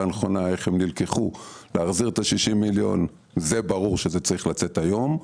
הנכונה איך הם נלקחו זה ברור שזה צריך לצאת היום,